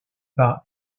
par